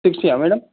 sixty ఆ madam